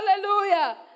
Hallelujah